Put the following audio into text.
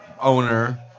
owner